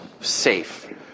safe